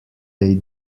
they